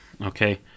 okay